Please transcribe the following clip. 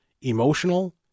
emotional